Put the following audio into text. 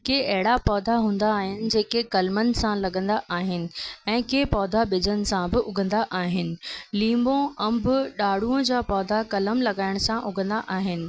की अहिड़ा पौधा हूंदा आहिनि जेके कलमनि सां लॻंदा आहिनि ऐं कंहिं पौधा ॿिजनि सां बि उॻंदा आहिनि लीमो अंब ॾांढ़ूंअं जा पौधा कलम लॻाइण सां उॻंदा आहिनि